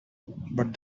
but